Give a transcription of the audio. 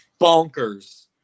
bonkers